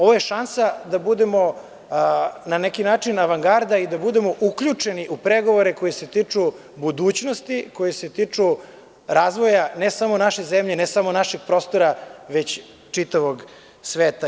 Ovo je šansa da budemo na nekinačin avangarda i da budemo uključeni u pregovore koji se tiču budućnosti, koji se tiču razvoja ne samo naše zemlje, ne samo našeg prostora, već čitavog sveta.